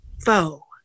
foe